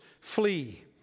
flee